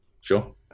Sure